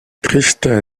kristen